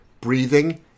breathing